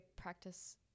practice